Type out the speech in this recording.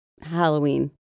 Halloween